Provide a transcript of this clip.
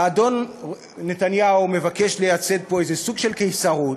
האדון נתניהו מבקש לייסד פה איזה סוג של קיסרות.